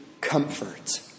comfort